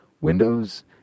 Windows